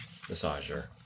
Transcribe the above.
massager